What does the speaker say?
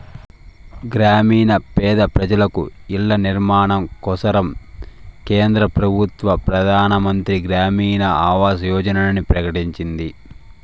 గ్రామీణ పేద పెజలకు ఇల్ల నిర్మాణం కోసరం కేంద్ర పెబుత్వ పెదానమంత్రి గ్రామీణ ఆవాస్ యోజనని ప్రకటించింది